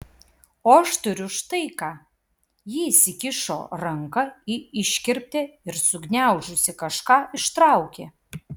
o aš turiu štai ką ji įsikišo ranką į iškirptę ir sugniaužusi kažką ištraukė